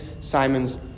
Simon's